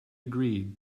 agreed